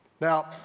Now